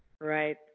Right